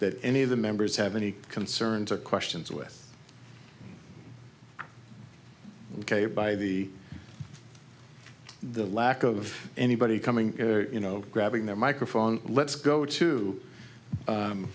that any of the members have any concerns or questions with ok by the the lack of anybody coming you know grabbing their microphone let's go to